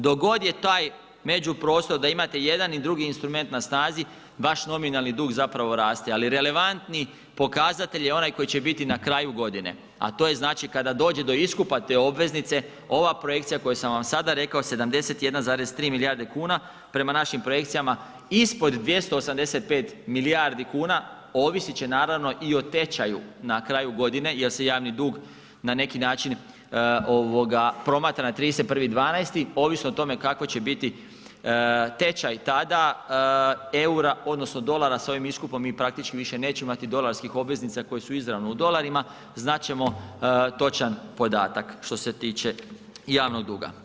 Dok god je taj međuprostor da imate i jedan i drugi instrument na snazi vaš nominalni dug zapravo raste, ali relevantni pokazatelj je onaj koji će biti na kraju godine, a to je znači kada dođe do iskupa te obveznice ova projekcija koju sam vam sada rekao 71,3 milijarde kuna prema našim projekcijama ispod 285 milijardi kuna ovisit će naravno i o tečaju na kraju godine jer se javni dug na neki način ovoga promatra na 31.12. ovisno o tome kakvo će biti tečaj tada EUR-a odnosno dolara s ovim iskupom mi praktički više nećemo imati dolarskih obveznica koje su izravno u dolarima, znat ćemo točan podatak što je tiče javnog duga.